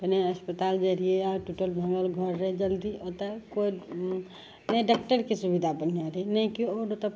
पहिले अस्पताल जाइ रहिए आओर टुटल भाँगल घर रहै जल्दी ओतए कोइ नहि डॉकटरके सुविधा बढ़िआँ रहै नहि केओ आओर ओतए